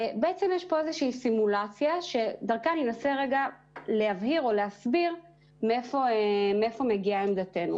יש פה איזושהי סימולציה שדרכה אני אנסה להסביר מאיפה מגיעה עמדתנו.